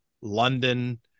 London